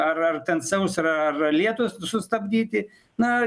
ar ar ten sausrą ar lietus sustabdyti na